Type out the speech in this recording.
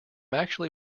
actually